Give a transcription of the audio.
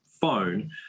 phone